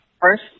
First